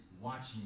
watching